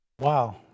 Wow